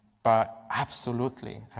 but absolutely.